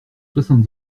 soixante